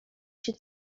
się